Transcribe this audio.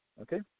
Okay